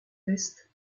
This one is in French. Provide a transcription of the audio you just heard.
test